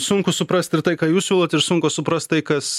sunku suprast ir tai ką jūs siūlot ir sunku suprast tai kas